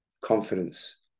confidence